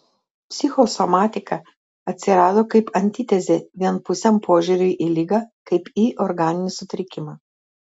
psichosomatika atsirado kaip antitezė vienpusiam požiūriui į ligą kaip į organinį sutrikimą